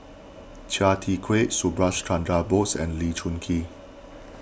Chia Tee Chiak Subhas Chandra Bose and Lee Choon Kee